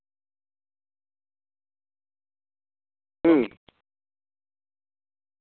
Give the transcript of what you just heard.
ᱦᱩᱸ